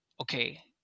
okay